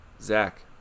Zach